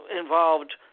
involved